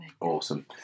awesome